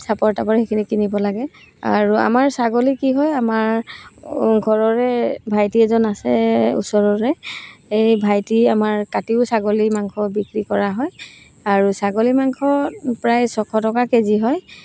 চাপৰ টাপৰ সেইখিনি কিনিব লাগে আৰু আমাৰ ছাগলী কি হয় আমাৰ ঘৰৰে ভাইটি এজন আছে ওচৰৰে এই ভাইটি আমাৰ কাটিও ছাগলী মাংস বিক্ৰী কৰা হয় আৰু ছাগলী মাংস প্ৰায় ছশ টকা কেজি হয়